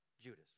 Judas